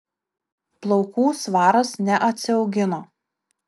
plaukų svaras neatsiaugino